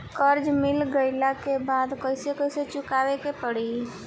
कर्जा मिल गईला के बाद कैसे कैसे चुकावे के पड़ी?